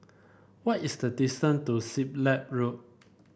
what is the distance to Siglap Road